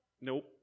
Nope